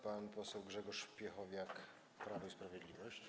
Pan poseł Grzegorz Piechowiak, Prawo i Sprawiedliwość.